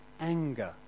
anger